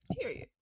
Period